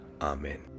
Amen